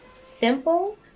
simple